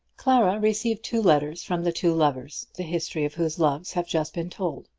clara received two letters from the two lovers, the history of whose loves have just been told,